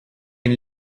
can